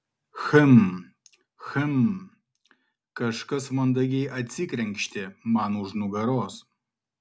hm hm kažkas mandagiai atsikrenkštė man už nugaros